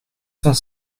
cent